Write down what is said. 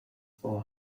for